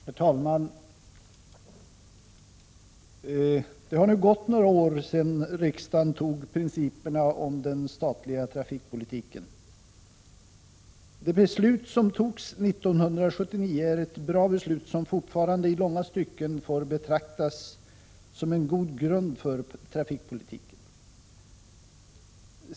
Herr talman! Det har nu gått några år sedan riksdagen antog principerna om den statliga trafikpolitiken. Det beslut som fattades 1979 är ett bra beslut, som fortfarande i långa stycken får betraktas som en god grund för trafikpolitiken.